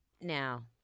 now